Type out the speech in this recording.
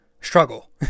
struggle